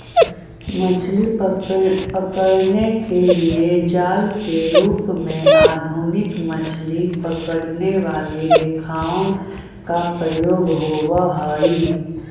मछली पकड़ने के लिए जाल के रूप में आधुनिक मछली पकड़ने वाली रेखाओं का प्रयोग होवअ हई